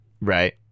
Right